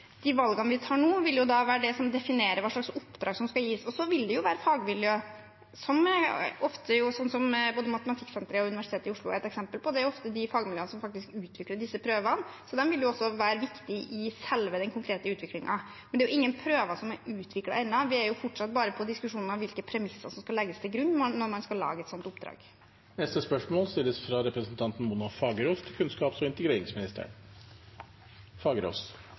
de valgene vi tar nå, vil være det som definerer hva slags oppdrag som skal gis. Det er ofte fagmiljøene som faktisk utvikler disse prøvene, både Matematikksenteret og Universitetet i Oslo er eksempler på det. Så de vil også være viktige i selve den konkrete utviklingen. Men det er ingen prøver som er utviklet ennå, vi er fortsatt bare på diskusjoner om hvilke premisser som skal legges til grunn når man skal lage et sånt oppdrag. Mitt spørsmål